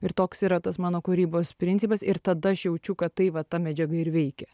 ir toks yra tas mano kūrybos principas ir tada aš jaučiu kad tai va ta medžiaga ir veikia